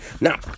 now